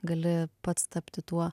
gali pats tapti tuo